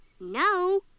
no